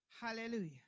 Hallelujah